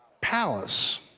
Palace